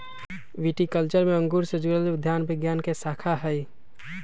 viticulture में अंगूर से जुड़ल उद्यान विज्ञान के शाखा हई